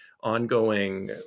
ongoing